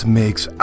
makes